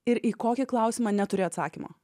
ir į kokį klausimą neturi atsakymo